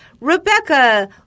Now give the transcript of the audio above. Rebecca